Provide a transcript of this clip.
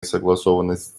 согласованность